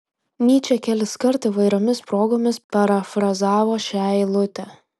nyčė keliskart įvairiomis progomis parafrazavo šią eilutę